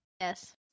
Yes